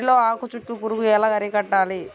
వరిలో ఆకు చుట్టూ పురుగు ఎలా అరికట్టాలి?